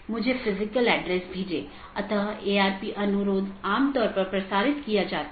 तो मुख्य रूप से ऑटॉनमस सिस्टम मल्टी होम हैं या पारगमन स्टब उन परिदृश्यों का एक विशेष मामला है